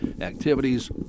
activities